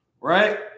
right